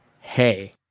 hey